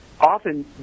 often